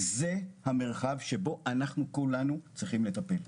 שבו אנחנו כולנו צריכים לטפל.